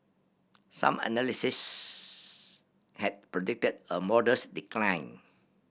some analysts had predicted a modest decline